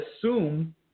assume